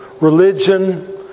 religion